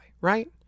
right